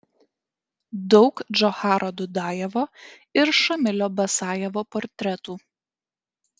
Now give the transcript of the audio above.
daug džocharo dudajevo ir šamilio basajevo portretų